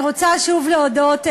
אדוני